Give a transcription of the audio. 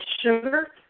sugar